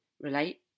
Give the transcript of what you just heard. relate